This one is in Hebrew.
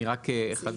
אני רק אחדד.